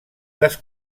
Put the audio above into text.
les